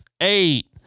eight